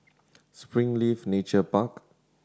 Springleaf Nature Park